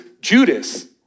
Judas